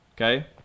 Okay